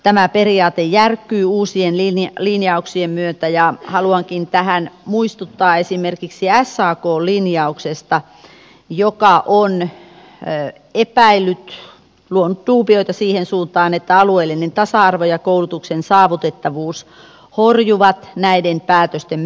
tämä periaate järkkyy uusien linjauksien myötä ja haluankin tähän muistuttaa esimerkiksi sakn linjauksesta joka on epäillyt luonut duubioita siihen suuntaan että alueellinen tasa arvo ja koulutuksen saavutettavuus horjuvat näiden päätösten myötä